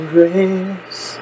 Grace